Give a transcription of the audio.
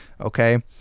okay